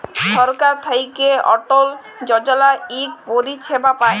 ছরকার থ্যাইকে অটল যজলা ইক পরিছেবা পায়